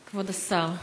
כבוד השר,